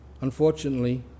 Unfortunately